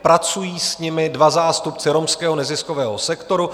Pracují s nimi dva zástupci romského neziskového sektoru.